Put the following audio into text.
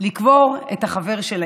לקבור את החבר שלהם,